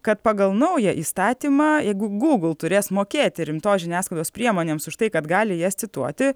kad pagal naują įstatymą jeigu google turės mokėti rimtos žiniasklaidos priemonėms už tai kad gali jas cituoti